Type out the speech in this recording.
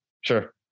Sure